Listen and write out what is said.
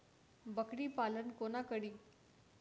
बकरी पालन कोना करि?